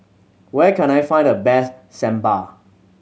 where can I find the best Sambar